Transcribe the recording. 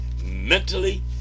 mentally